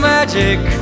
magic